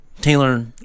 Taylor